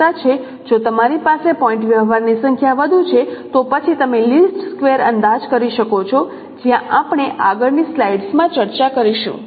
જો તમારી પાસે પોઇન્ટ વ્યવહારની સંખ્યા વધુ છે તો પછી તમે લીસ્ટ સ્ક્વેર અંદાજ કરી શકો છો જ્યાં આપણે આગળની સ્લાઇડ્સમાં ચર્ચા કરીશું